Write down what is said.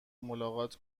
ملاقات